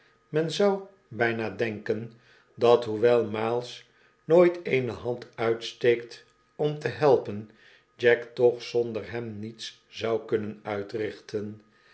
men zou byna denken dat hoewel miles nooit eene hand uitsteekt om te helpen jack toch zonder hem niets zou kunnen uitrichten